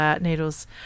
needles